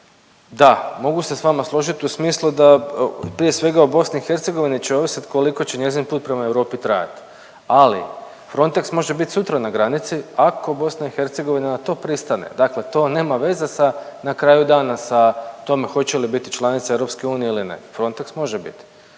da mogu se s vama složit u smislu da prije svega o BiH će ovisit koliko će njezin put prema Europi trajati, ali Frontex može biti sutra na granici ako BiH na to pristane, dakle to nema veze sa, na kraju dana sa tome hoće li biti članica EU ili ne. Frontex može biti